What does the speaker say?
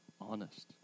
honest